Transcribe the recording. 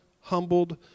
humbled